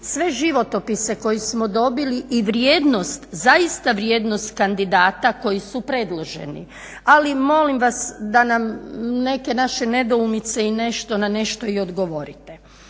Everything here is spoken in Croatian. sve životopise koje smo dobili i vrijednost, zaista vrijednost kandidata koji su predloženi. Ali molim vas da nam neke naše nedoumice i nešto na nešto i odgovorite.